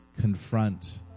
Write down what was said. confront